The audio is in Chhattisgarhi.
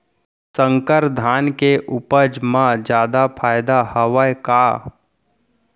संकर धान के उपज मा जादा फायदा हवय का?